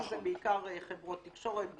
שזה בעיקר חברות תקשורת,